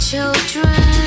children